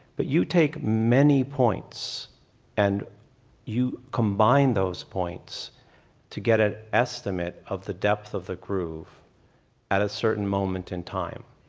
but you take many points and you combine those points to get an estimate of the depth of the groove at a certain moment in time.